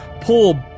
pull